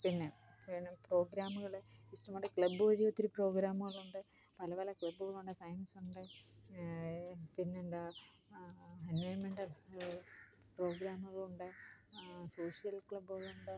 പിന്നെ വേണം പ്രോഗ്രാമുകൾ ഇഷ്ടംപോലെ ക്ലബ് വഴിയൊത്തിരി പ്രോഗ്രാമുകളുണ്ട് പല പല ക്ലബ്ബുകളുണ്ട് സയന്സുണ്ട് പിന്നെന്താ എൻവിയോണ്മെന്റല് പ്രോഗ്രാമുകളുണ്ട് സോഷ്യല് ക്ലബ്ബുകളുണ്ട്